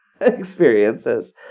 Experiences